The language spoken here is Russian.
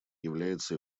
является